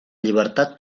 llibertat